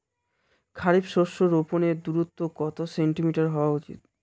খারিফ শস্য রোপনের দূরত্ব কত সেন্টিমিটার হওয়া উচিৎ?